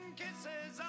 kisses